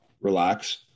relax